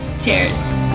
cheers